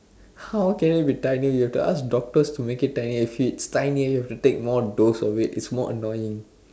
how can it be tinier you have to ask doctors to make it tinier if it is tinier you have to take more dose of it it's more annoying